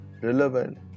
relevant